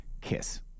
Kiss